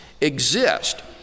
exist